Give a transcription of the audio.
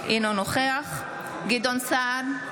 אינו נוכח גדעון סער,